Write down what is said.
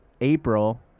april